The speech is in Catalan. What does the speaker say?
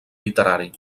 literari